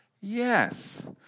Yes